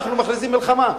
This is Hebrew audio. אנחנו מכריזים מלחמה.